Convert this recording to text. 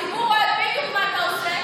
הציבור רואה בדיוק מה אתה עושה.